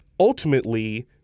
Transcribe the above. Ultimately